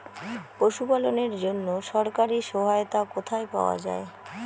পশু পালনের জন্য সরকারি সহায়তা কোথায় পাওয়া যায়?